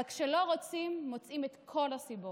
אבל כשלא רוצים, מוצאים את כל הסיבות,